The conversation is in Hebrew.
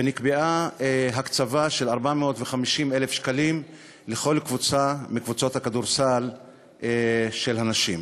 ונקבעה הקצבה של 450,000 שקלים לכל קבוצה מקבוצות הכדורסל של הנשים.